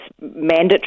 mandatory